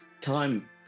time